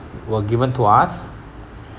were given to us